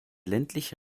ländliche